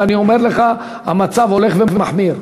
ואני אומר לך: המצב הולך ומחמיר,